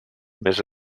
més